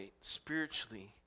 spiritually